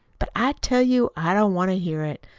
but i tell you i don't want to hear it.